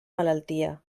malaltia